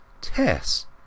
Tess